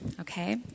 okay